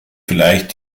vielleicht